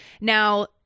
Now